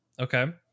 okay